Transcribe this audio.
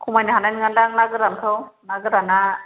खमायनो हानाय नङादां ना गोरानखौ ना गोराना